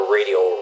Radio